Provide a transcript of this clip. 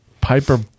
Piper